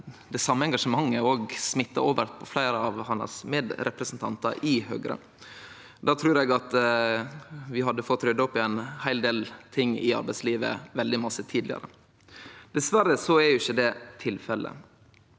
det same engasjementet smitta over på fleire av medrepresentantane hans i Høgre. Då trur eg at vi hadde fått rydda opp i ein heil del ting i arbeidslivet veldig mykje tidlegare. Dessverre er ikkje det tilfellet.